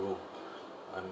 room um